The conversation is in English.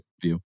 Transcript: view